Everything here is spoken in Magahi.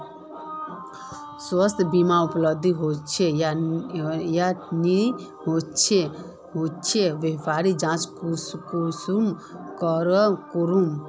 स्वास्थ्य बीमा उपलब्ध होचे या नी होचे वहार जाँच कुंसम करे करूम?